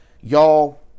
Y'all